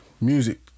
music